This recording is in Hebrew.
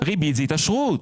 ריבית זאת התעשרות.